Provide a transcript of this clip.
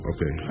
Okay